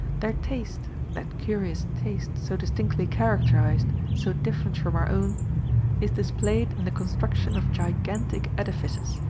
their taste that curious taste, so distinctly characterized, so different from our own is displayed in the construction of gigantic edifices,